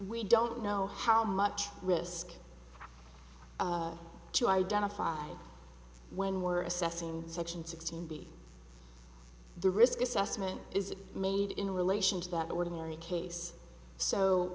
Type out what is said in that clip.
we don't know how much risk to identified when we're assessing such and sixteen be the risk assessment is made in relation to that ordinary case so